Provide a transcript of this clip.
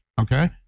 okay